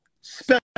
special